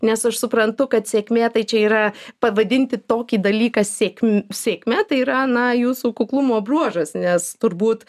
nes aš suprantu kad sėkmė tai čia yra pavadinti tokį dalyką sėkm sėkme tai yra na jūsų kuklumo bruožas nes turbūt